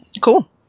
Cool